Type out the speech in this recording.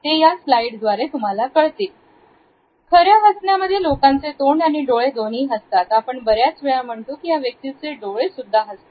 ही slide बघा खऱ्या हसण्यामध्ये लोकांचे तोंड आणि डोळे दोन्ही हसतात आपण बऱ्याच वेळा म्हणतो की त्या व्यक्तीचे डोळे सुद्धा हासतात